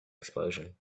explosion